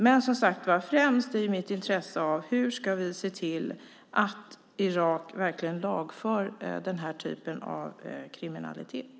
Främst är jag dock intresserad av hur vi ska se till att Irak verkligen lagför den typen av kriminalitet.